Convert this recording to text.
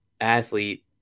athlete